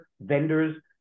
vendors